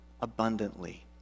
abundantly